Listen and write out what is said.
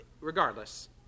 regardless